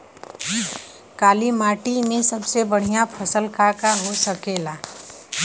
काली माटी में सबसे बढ़िया फसल का का हो सकेला?